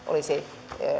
olisi